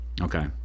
okay